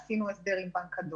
עשינו הסדר עם בנק הדואר.